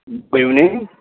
good evening